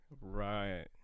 right